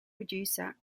producer